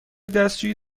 دستشویی